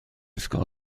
ysgol